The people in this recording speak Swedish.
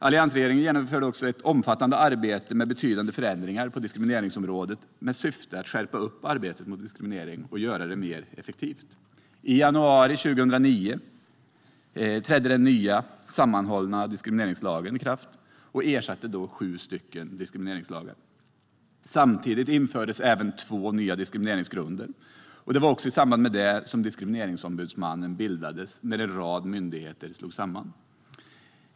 Alliansregeringen genomförde ett omfattande arbete med betydande förändringar på diskrimineringsområdet i syfte att skärpa upp arbetet mot diskriminering och göra det mer effektivt. I januari 2009 trädde den nya, sammanhållna diskrimineringslagen i kraft och ersatte sju diskrimineringslagar. Samtidigt infördes även två nya diskrimineringsgrunder. Det var också i samband med det som Diskrimineringsombudsmannen bildades, då en rad myndigheter slogs samman.